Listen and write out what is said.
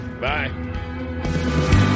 Bye